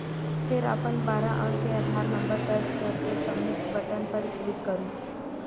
फेर अपन बारह अंक के आधार नंबर दर्ज कैर के सबमिट बटन पर क्लिक करू